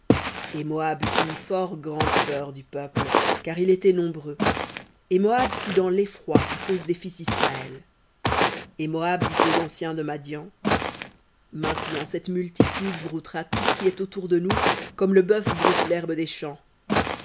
et moab eut une fort grande peur du peuple car il était nombreux et moab fut dans l'effroi à cause des fils disraël et moab dit aux anciens de madian maintenant cette multitude broutera tout ce qui est autour de nous comme le bœuf broute l'herbe